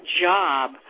job